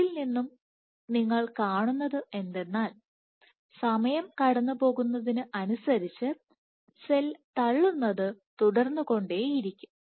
ഇതിൽ നിന്നും നിങ്ങൾ കാണുന്നത് എന്തെന്നാൽ സമയം കടന്നുപോകുന്നതിന് അനുസരിച്ച് സെൽ തള്ളുന്നത് തുടർന്നുകൊണ്ടേയിരിക്കും